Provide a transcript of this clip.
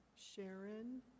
Sharon